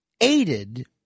aided